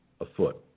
afoot